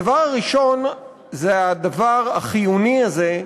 הדבר הראשון הוא הדבר החיוני הזה,